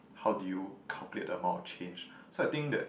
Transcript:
how did you calculate the amount of change so I think that